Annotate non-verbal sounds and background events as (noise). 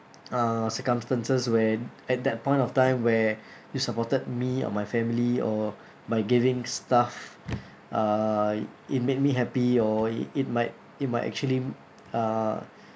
uh circumstances when at that point of time where (breath) you supported me or my family or by giving stuff uh it made me happy or it it might it might actually uh